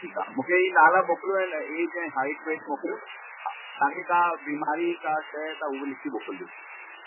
ठीकु आहे मूंखे ही नाला मोकिलजो ऐं ऐज हाइट वेट मोकिलियो त तव्हांखे का बीमारी का शइ त हू लिखी मोकिलजो